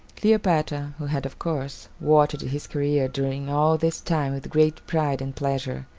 cleopatra, who had, of course, watched his career during all this time with great pride and pleasure,